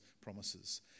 promises